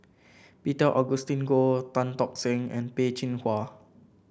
Peter Augustine Goh Tan Tock Seng and Peh Chin Hua